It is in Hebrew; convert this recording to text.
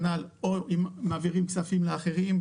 או אם מעבירים כספים לאחרים,